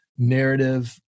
Narrative